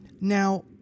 now